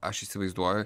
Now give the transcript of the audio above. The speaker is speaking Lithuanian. aš įsivaizduoju